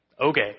Okay